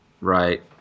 right